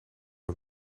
het